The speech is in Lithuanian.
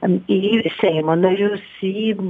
į į seimo narius į